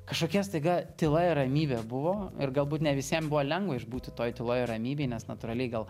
kažkokia staiga tyla ir ramybė buvo ir galbūt ne visiem buvo lengva išbūti toj tyloj ir ramybėj nes natūraliai gal